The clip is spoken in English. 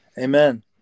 Amen